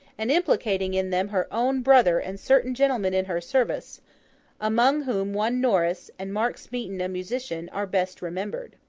and implicating in them her own brother and certain gentlemen in her service among whom one norris, and mark smeaton a musician, are best remembered.